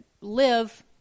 live